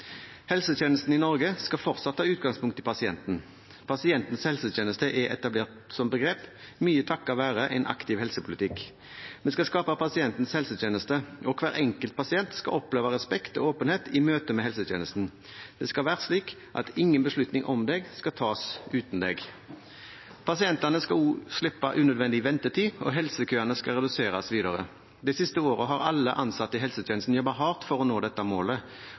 helsetjenesten. Det skal være slik at ingen beslutning om deg skal tas uten deg. Pasientene skal også slippe unødvendig ventetid, og helsekøene skal reduseres videre. Det siste året har alle ansatte i helsetjenesten jobbet hardt for å nå dette målet,